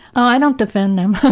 i don't defend them.